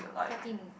thirty minute